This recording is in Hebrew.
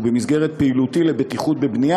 ובמסגרת פעילותי לקידום בטיחות בבנייה